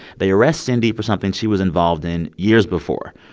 they arrest cindy for something she was involved in years before.